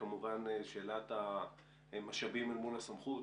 שהיא שאלת המשאבים אל מול הסמכות,